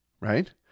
right